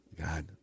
God